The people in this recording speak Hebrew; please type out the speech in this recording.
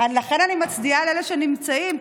אני מצדיעה לאלה שנמצאים,